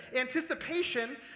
Anticipation